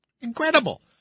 Incredible